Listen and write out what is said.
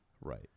Right